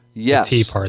Yes